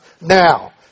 now